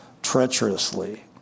Treacherously